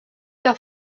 que